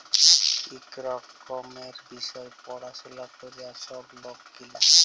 ইক রকমের বিষয় পাড়াশলা ক্যরে ছব লক গিলা